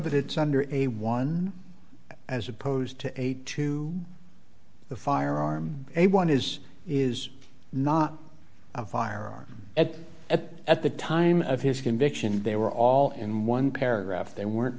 that it's under a one as opposed to a to the firearm a one is is not a firearm at a at the time of his conviction they were all in one paragraph they were